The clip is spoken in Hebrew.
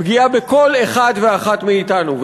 פגיעה בכל אחד ואחת מאתנו.